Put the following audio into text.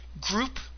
group